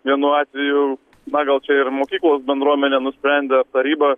vienu atveju na gal čia ir mokyklos bendruomenė nusprendė taryba